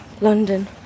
London